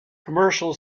commercial